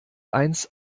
eins